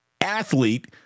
athlete